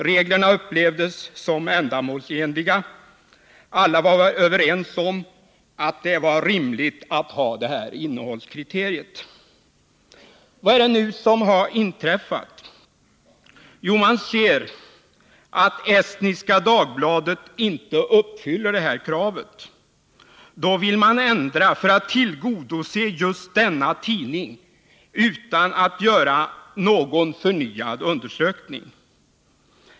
Reglerna upplevdes som ändamålsenliga, och alla var överens om att innehållskriteriet var rimligt. Vad är det då som har inträffat? Jo, man anser att Estniska Dagbladet inte uppfyller det här kravet, och därför vill man, för att tillgodose just denna tidning, ändra reglerna utan att göra någon förnyad undersökning.